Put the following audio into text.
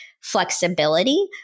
flexibility